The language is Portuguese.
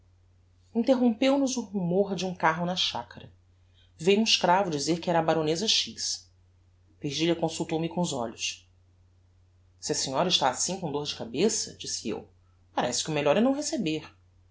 interrompeu nos o rumor de um carro na chacara veiu um escravo dizer que era a baroneza x virgilia consultou me com os olhos se a senhora está assim com dor de cabeça disse eu parece que o melhor é não receber